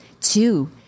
two